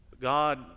God